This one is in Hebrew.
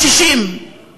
נדמה לי שהבעיה היא לא המימון.